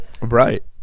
right